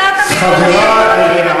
הסכסוך?